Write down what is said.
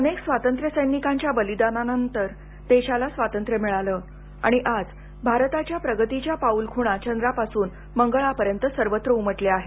अनेक स्वातंत्र्यसैनिकांच्या बलिदानानंतर देशाला स्वातंत्र्य मिळालं आणि आज भारताच्या प्रगतीच्या पाऊलखुणा चंद्रापासून मंगळापर्यंत सर्वत्र उमटल्या आहेत